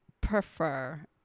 prefer